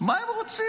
מה הם רוצים.